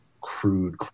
crude